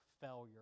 failure